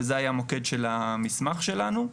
וזה היה המוקד של המסמך שלנו.